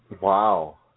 Wow